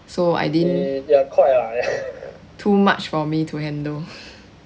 so I didn't too much for me to handle